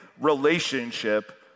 relationship